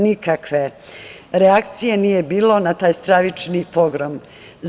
Nikakve reakcije nije bilo na taj stravični pogrom.